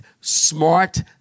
smart